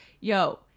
Yo